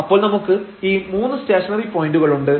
അപ്പോൾ നമുക്ക് ഈ മൂന്ന് സ്റ്റേഷനറി പോയന്റുകളുണ്ട്